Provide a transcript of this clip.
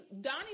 donnie